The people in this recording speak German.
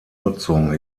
nutzung